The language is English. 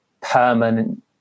permanent